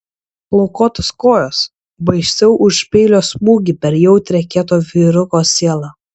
plaukuotos kojos baisiau už peilio smūgį per jautrią kieto vyruko sielą